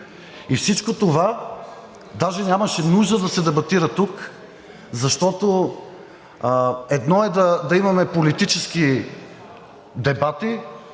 Всичко това даже нямаше нужда да се дебатира тук, защото едно е да имаме политически дебати,